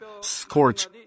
scorch